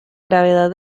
gravedad